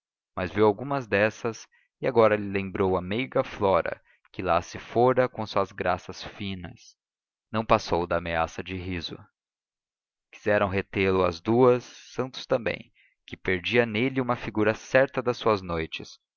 mas viu algumas dessas e agora lhe lembrou a meiga flora que lá se fora com as suas graças finas não passou da ameaça de riso quiseram retê-lo as duas santos também que perdia nele uma figura certa das suas noites